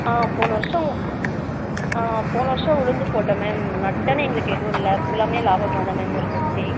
ஆ போன வர்ஷம் போன வர்ஷம் உளுந்து போட்டேன் மேம் நட்டன்னு எங்களுக்கு எதுவும் இல்லை ஃபுல்லாமே லாபமாக தான் மேம் இருந்துச்சு